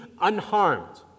unharmed